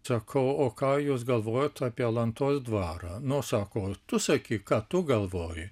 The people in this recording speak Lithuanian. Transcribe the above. sakau o ką jūs galvojot apie alantos dvarą nu sako tu sakyk ką tu galvoji